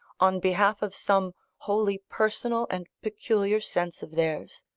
on behalf of some wholly personal and peculiar sense of theirs.